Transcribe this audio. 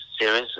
series